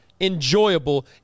enjoyable